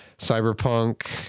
Cyberpunk